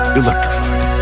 electrified